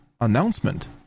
announcement